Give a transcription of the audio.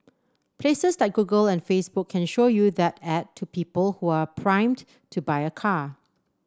places like Google and Facebook can show you that ad to people who are primed to buy a car